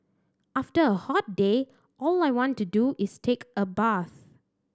after a hot day all I want to do is take a bath